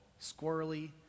squirrely